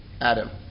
Adam